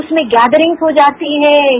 उसमें गेदरिंग हो जाती हे